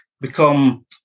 become